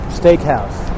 steakhouse